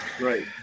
Right